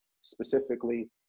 specifically